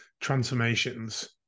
transformations